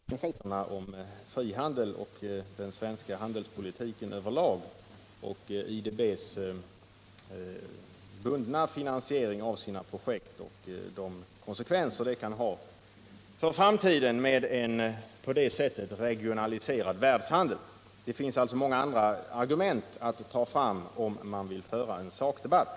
Herr talman! Som lär framgå av riksdagsprotokollet var mina invändningar i våras mot IDB endast till en del grundade på de argument som näringsutskottet framförde. Jag hade en hel rad andra synpunkter som gällde principerna om frihandel och den svenska handelspolitiken över lag, IDB:s bundna finansiering av sina projekt samt de konsekvenser som en på det sättet regionaliserad världshandel kan ha för framtiden. Det finns alltså många andra argument att redovisa om man vill föra — Nr 31 en sakdebatt.